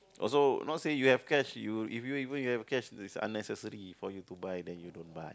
also not say you have cash you if you if you have cash if it is unnecessary for you to buy then you don't buy